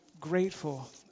grateful